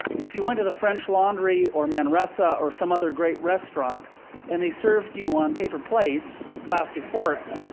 if you went to the french laundry or manresa or some other great restaurant and they served you on paper plates, plastic forks,